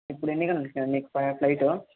ఇప్పుడు ఎన్ని గంటలకు నీకు ఫ్లైటు